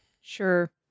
sure